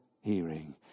hearing